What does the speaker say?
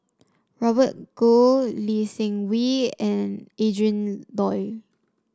Robert Goh Lee Seng Wee and Adrin Loi